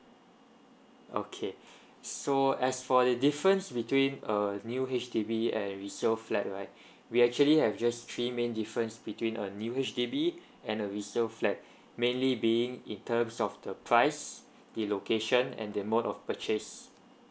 okay so as for the difference between uh new H_D_B and resale flat right we actually have just three main difference between a new H_D_B and a resale flat mainly being in terms of the price the location and the mode of purchase